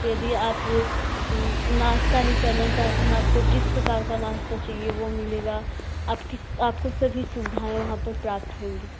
यदि आप नाश्ता ही करना चाहती हैं आपको जिस प्रकार का नाश्ता चाहिए वह मिलेगा आपकी आपको सभी सुविधाएँ वहाँ पर प्राप्त होंगी